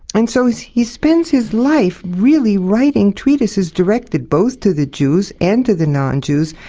and so he he spends his life really writing treatises directed both to the jews and to the non-jews,